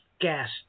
gas